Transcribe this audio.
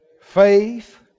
faith